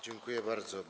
Dziękuję bardzo.